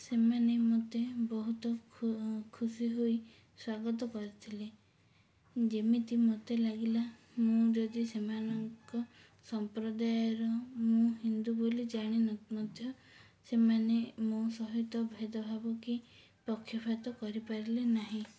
ସେମାନେ ମୋତେ ବହୁତ ଖୁ ଖୁସି ହୋଇ ସ୍ଵାଗତ କରିଥିଲେ ଯେମିତି ମୋତେ ଲାଗିଲା ମୁଁ ଯଦି ସେମାନଙ୍କ ସମ୍ପ୍ରଦାୟର ମୁଁ ହିନ୍ଦୁ ବୋଲି ଜାଣି ନ ମଧ୍ୟ ସେମାନେ ମୋ ସହିତ ଭେଦଭାବ କି ପକ୍ଷପାତ କରିପାରିଲେ ନାହିଁ